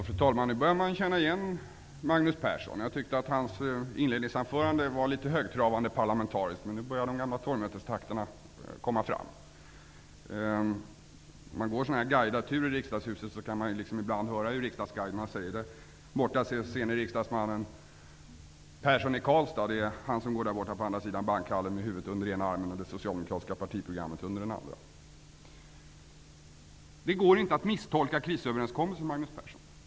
Fru talman! Nu börjar man känna igen Magnus Persson. Hans inledningsanförande var litet högtravande parlamentariskt, men nu börjar de gamla torgmötestakterna komma fram. När man går en guidad tur i Riksdagshuset kan man ibland höra att guiden säger: Där borta på andra sidan bankhallen går riksdagsmannen Persson i Karlstad med huvudet under den ena armen och det socialdemokratiska partiprogrammet under den andra. Det går inte att misstolka krisöverenskommelsen, Magnus Persson.